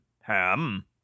ham